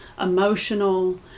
emotional